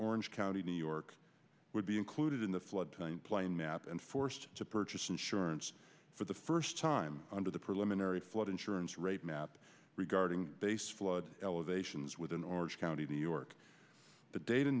orange county new york would be included in the flood plain map and forced to purchase insurance for the first time for the preliminary flood insurance rate map regarding base flood elevations within orange county new york the data